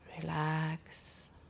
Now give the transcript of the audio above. relax